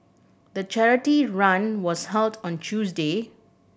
the charity run was held on Tuesday